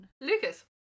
Lucas